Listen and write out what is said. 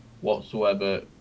whatsoever